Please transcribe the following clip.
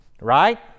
right